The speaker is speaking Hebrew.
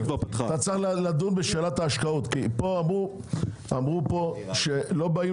אתה צריך לדון בשאלת ההשקעות כי אמרו פה שלא באים